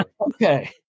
Okay